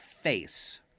face